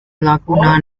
laguna